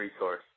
resource